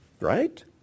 right